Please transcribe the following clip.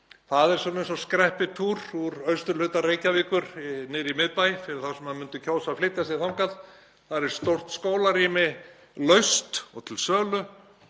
Það er eins og skreppitúr úr austurhluta Reykjavíkur niður í miðbæ fyrir þá sem myndu kjósa að flytja þangað. Þar er stórt skólarými laust og til sölu